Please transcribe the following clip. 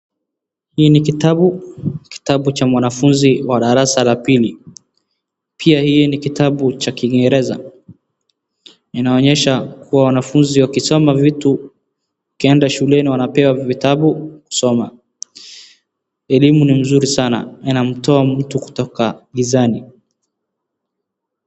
Hii ni kitabu, kitabu cha mwanafunzi wa darasa la pili. Pia hii ni kitabu cha kiengereza. Inaonyesha kuwa wanafunzi wakisoma vitu wakienda shuleni wanapewa zile vitabu kusoma. Elimu ni mzuri sana inamtoa mtu kutoka gizani.